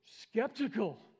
skeptical